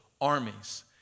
armies